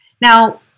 Now